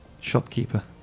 shopkeeper